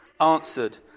answered